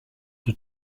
the